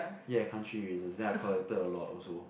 ya country erasers then I collected a lot also